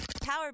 Power